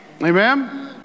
Amen